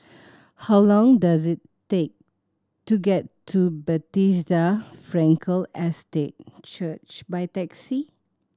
how long does it take to get to Bethesda Frankel Estate Church by taxi